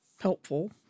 helpful